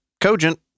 cogent